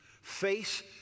face